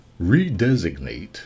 redesignate